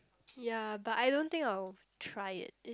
ya but I don't think I'll try it